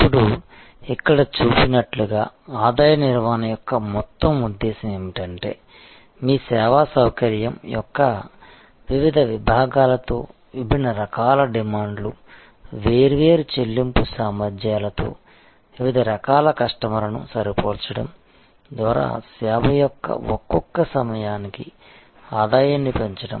ఇప్పుడు ఇక్కడ చూపినట్లుగా ఆదాయ నిర్వహణ యొక్క మొత్తం ఉద్దేశ్యం ఏమిటంటే మీ సేవా సౌకర్యం యొక్క వివిధ విభాగాలతో విభిన్న రకాల డిమాండ్లు వేర్వేరు చెల్లింపు సామర్థ్యాలతో వివిధ రకాల కస్టమర్లను సరిపోల్చడం ద్వారా సేవ యొక్క ఒక్కొక్క సమయానికి ఆదాయాన్ని పెంచడం